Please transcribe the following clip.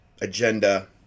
agenda